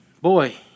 Boy